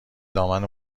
دامن